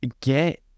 get